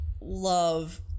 love